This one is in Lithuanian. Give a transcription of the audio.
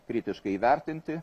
kritiškai įvertinti